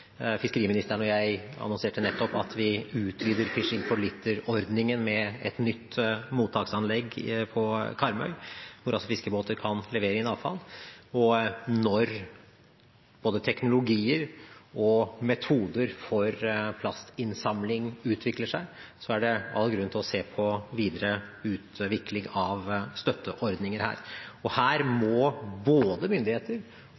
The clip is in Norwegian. Fiskeriministeren og jeg annonserte nettopp at vi utvider «Fishing For Litter»-ordningen med et nytt mottaksanlegg på Karmøy, hvor altså fiskebåter kan levere inn avfall. Når både teknologier og metoder for plastinnsamling utvikler seg, er det all grunn til å se på videre utvikling av støtteordninger. Her må både myndigheter, produsenter og